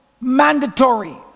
mandatory